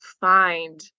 find